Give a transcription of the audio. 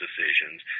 decisions